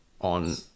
on